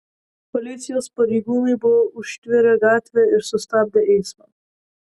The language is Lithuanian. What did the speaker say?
policijos pareigūnai buvo užtvėrę gatvę ir sustabdę eismą